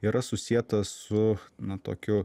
yra susieta su na tokiu